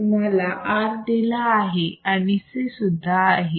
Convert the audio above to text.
तुम्हाला R दिला आहे आणि C सुद्धा आहे